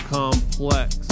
complex